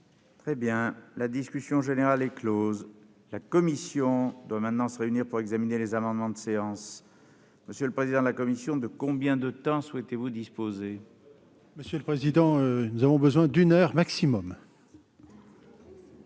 La discussion générale est close. La commission doit se réunir pour examiner les amendements de séance. Monsieur le président, de combien de temps souhaitez-vous disposer ? Monsieur le président, nous aurons besoin d'une heure au maximum.